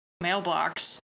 mailbox